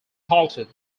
halted